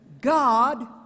God